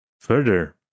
further